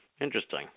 Interesting